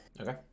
Okay